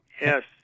Yes